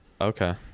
Okay